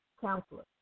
counselor